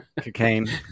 cocaine